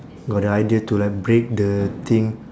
got the idea to like break the thing